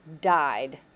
died